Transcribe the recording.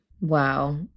Wow